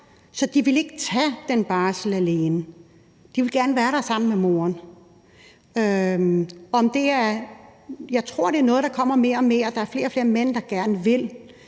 Så de vil ikke tage den barsel alene. De vil gerne være der sammen med moren. Jeg tror, det er noget, der kommer, at flere og flere mænd gerne vil,